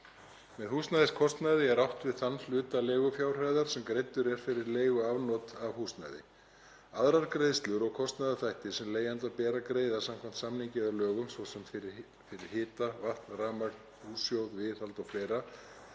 Með húsnæðiskostnaði er átt við þann hluta leigufjárhæðar sem greiddur er fyrir leiguafnot af húsnæði. Aðrar greiðslur og kostnaðarþættir sem leigjanda ber að greiða samkvæmt samningi eða lögum, svo sem fyrir hita, vatn, rafmagn, hússjóð, viðhald o.fl.,